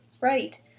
right